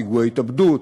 פיגועי התאבדות,